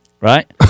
right